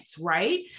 right